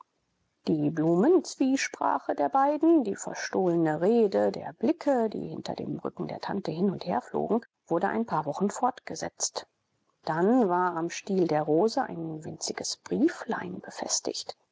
die blumenzwiesprache der beiden die verstohlene rede der blicke die hinter dem rücken der tante hin und herflogen wurde ein paar wochen fortgesetzt dann war am stiel der rose ein winziges brieflein befestigt